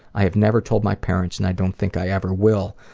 i have never told my parents, and i don't think i ever will.